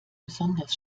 besonders